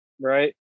right